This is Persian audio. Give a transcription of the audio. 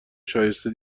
شایسته